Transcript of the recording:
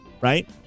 right